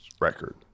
record